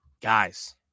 Guys